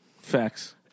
facts